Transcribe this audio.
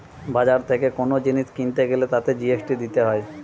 বাজার থেকে কোন জিনিস কিনতে গ্যালে তাতে জি.এস.টি দিতে হয়